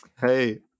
Hey